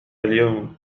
اليوم